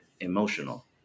emotional